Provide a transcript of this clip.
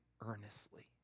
earnestly